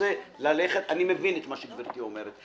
אני מבין את מה שגברתי אומרת,